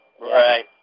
Right